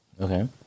Okay